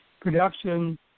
production